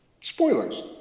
spoilers